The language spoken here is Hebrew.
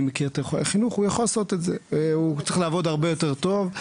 משרד החינוך יכול לעשות את זה הרבה יותר טוב,